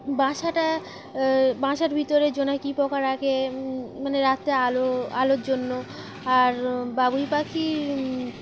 বাসাটা বাঁসার ভিতরে জোনাকি পোকা রাখে মানে রাত্রে আলো আলোর জন্য আর বাবুই পাখি